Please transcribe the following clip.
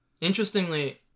interestingly